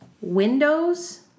windows